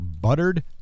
buttered